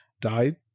died